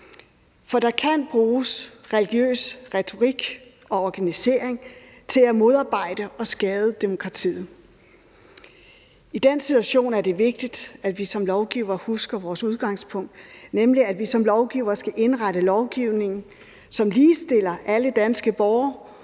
For der kan bruges religiøs retorik og organisering til at modarbejde og skade demokratiet. I den situation er det vigtigt, at vi som lovgivere husker vores udgangspunkt, nemlig at vi som lovgivere skal indrette lovgivningen, som ligestiller alle danske borgere,